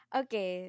okay